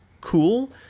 cool